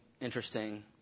Interesting